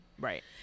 right